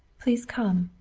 please come,